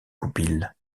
goupil